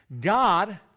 God